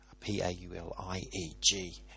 P-A-U-L-I-E-G